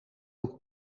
ook